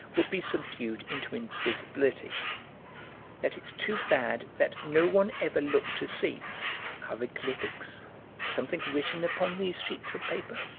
would be subdued into invisibility that it's too bad that no one ever looked to see hieroglyphics something written upon these sheets of paper?